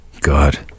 God